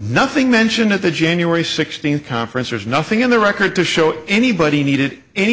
nothing mentioned at the january sixteenth conference there's nothing in the record to show anybody needed any